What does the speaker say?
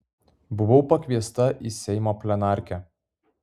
buvau pakviesta į seimo plenarkę